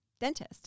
dentist